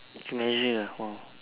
measure ah !wah!